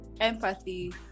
empathy